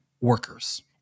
workers